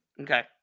Okay